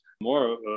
more